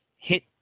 hit